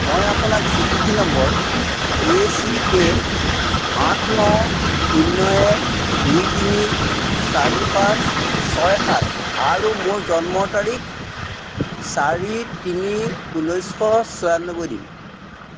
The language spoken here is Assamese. মই আপোনাক স্বীকৃতি নম্বৰ এ চি কে আঠ ন শূন্য এক দুই তিনি চাৰি পাঁচ ছয় সাত আৰু মোৰ জন্মৰ তাৰিখ চাৰি তিনি ঊনৈছশ চৌৰানব্বৈ দিম